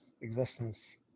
existence